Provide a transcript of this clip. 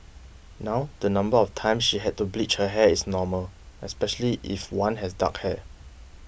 now the number of times she had to bleach her hair is normal especially if one has dark hair